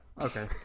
okay